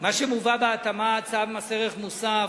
מה שמובא בהתאמה, צו מס ערך מוסף,